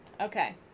Okay